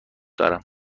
دارم